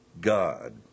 God